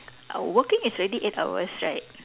uh working is already eight hours right